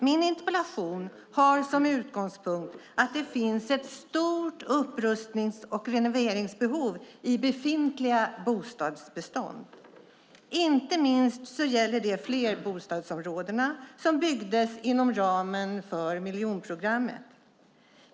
Min interpellation har som utgångspunkt att det finns ett stort upprustnings och renoveringsbehov i befintliga bostadsbestånd. Inte minst gäller det flerbostadsområdena som byggdes inom ramen för miljonprogrammet.